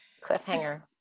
Cliffhanger